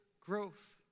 growth